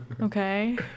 Okay